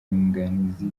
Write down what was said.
inyunganizi